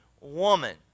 woman